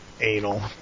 anal